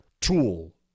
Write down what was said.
tool